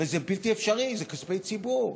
הרי זה בלתי אפשרי, אלה כספי ציבור.